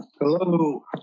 Hello